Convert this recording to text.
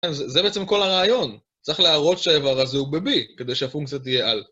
זה בעצם כל הרעיון, צריך להראות שהאיבר הזה הוא ב-b כדי שהפונקציה תהיה על